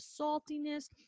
saltiness